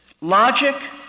logic